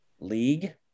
league